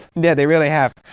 yeah they really have.